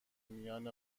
میان